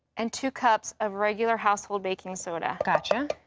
and two cups of regular household baking soda. gotcha.